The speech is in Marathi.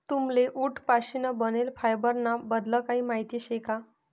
तुम्हले उंट पाशीन बनेल फायबर ना बद्दल काही माहिती शे का?